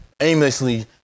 aimlessly